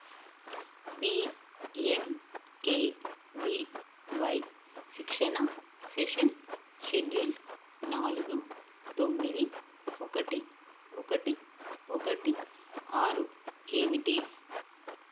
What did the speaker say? P M K V Y శిక్షణా session schedule నాలుగు తొమ్మిది ఒకటి ఒకటి ఒకటి ఆరు ఏమిటి